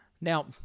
Now